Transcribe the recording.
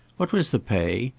what was the pay?